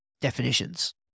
definitions